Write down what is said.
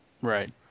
Right